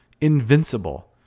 invincible